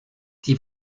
die